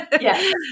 Yes